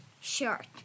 Short